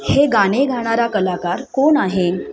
हे गाणे गाणारा कलाकार कोण आहे